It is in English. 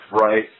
right